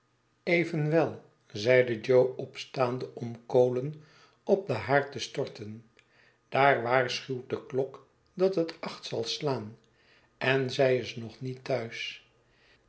evenwel zeide jo opstaande om kolen op den haard te storten daar waarschuwt de klok dat het acht zal slaan en zij is nog niet thuis